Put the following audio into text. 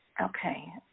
Okay